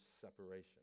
separation